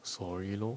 sorry lor